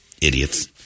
idiots